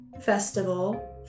festival